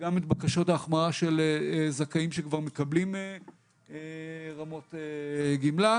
וגם את בקשות ההחמרה של זכאים שכבר מקבלים רמות גמלה,